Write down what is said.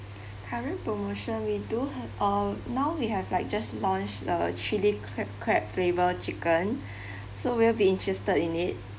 current promotion we do h~ uh now we have like just launched the chilli crab crab flavour chicken so will you be interested in it